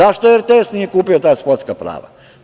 Zašto RTS nije kupio ta sportska prava?